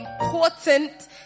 important